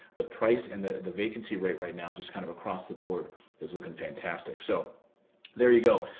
the price and the the vacancy rate right now just kind of across the board is looking fantastic. so there you go.